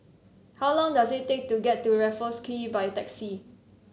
how long does it take to get to Raffles Quay by taxi